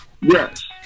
Yes